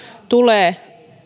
tulee